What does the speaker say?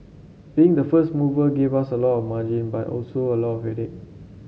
being the first mover gave us a lot margin but also a lot of it